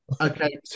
okay